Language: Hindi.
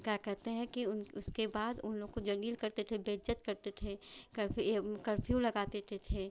क्या कहते हैं कि उसके बाद उन लोग को ज़लील करते थे बेइज़्ज़त करते थे कर्फ़्यू यह कर्फ़्यू लगाते ते थे